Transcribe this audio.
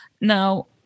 Now